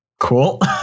cool